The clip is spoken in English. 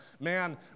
man